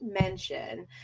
mention